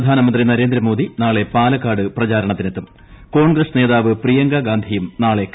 പ്രധാനമന്ത്രി നരേന്ദ്രമോദി നാളെ പാലക്കാട് പ്രചാരണത്തിനെത്തും കോൺഗ്രസ് നേതാവ് പ്രിയങ്കാ ഗാന്ധിയും നാളെ കേരളത്തിൽ